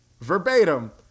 verbatim